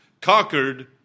conquered